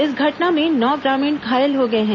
इस घटना में नौ ग्रामीण घायल हो गए हैं